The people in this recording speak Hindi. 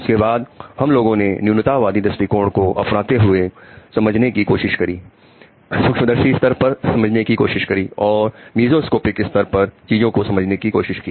उसके बाद हम लोगों ने न्यूनता वादी दृष्टिकोण को अपनाते हुए समझने की कोशिश करी सूक्ष्मदर्शी स्तर पर समझने की कोशिश करी और मीजोस्कोपिक स्तर पर चीजों को समझने की कोशिश की